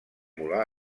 volar